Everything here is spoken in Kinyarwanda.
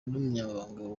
n’umunyamabanga